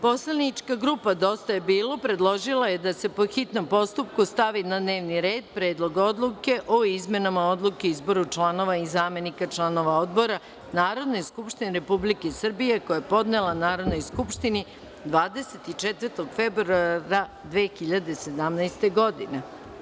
Poslanička grupa „Dosta je bilo“ predložila je da se po hitnom postupku stavi na dnevni red Predlog odluke o izmenama Odluke o izboru članova i zamenika članova odbora Narodne skupštine Republike Srbije, koji je podnela Narodnoj skupštini 24. februara 2017. godine.